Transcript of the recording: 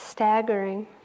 staggering